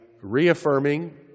reaffirming